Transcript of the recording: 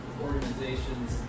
organizations